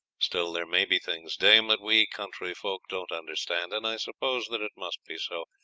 still there may be things, dame, that we country folks don't understand, and i suppose that it must be so,